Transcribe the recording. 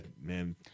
man